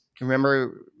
Remember